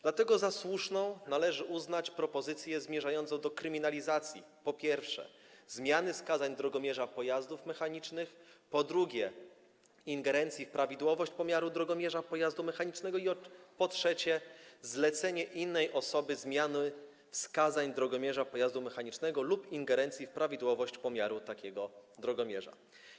Dlatego za słuszną należy uznać propozycję zmierzającą do kryminalizacji, po pierwsze, zmiany wskazań drogomierza pojazdów mechanicznych, po drugie, ingerencji w prawidłowość pomiaru drogomierza pojazdu mechanicznego i, po trzecie, zlecenia innej osobie zmiany wskazań drogomierza pojazdu mechanicznego lub ingerencji w prawidłowość pomiaru takiego drogomierza.